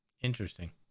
interesting